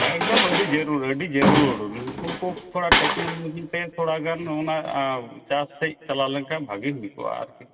ᱮᱠᱫᱚᱢ ᱟᱹᱰᱤ ᱡᱟᱹᱨᱩᱲ ᱟᱹᱰᱤ ᱡᱟᱹᱨᱩᱲ ᱱᱩᱠᱩ ᱠᱚ ᱛᱷᱚᱲᱟ ᱴᱮᱠᱱᱤᱠ ᱞᱟᱹᱜᱤᱫ ᱛᱮ ᱛᱷᱚᱲᱟ ᱜᱟᱱ ᱚᱱᱟ ᱪᱟᱥ ᱥᱮᱫ ᱪᱟᱞᱟᱣ ᱞᱮᱱᱠᱷᱟᱱ ᱵᱷᱟᱹᱜᱤ ᱦᱩᱭᱠᱚᱜᱼᱟ ᱟᱨᱠᱤ